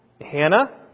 Hannah